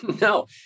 No